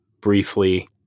briefly